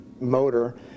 motor